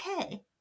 okay